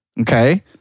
Okay